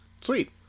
Sweet